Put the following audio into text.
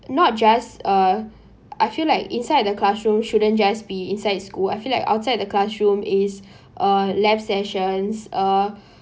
not just uh I feel like inside the classroom shouldn't just be inside school I feel like outside the classroom is uh lab sessions uh